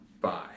Bye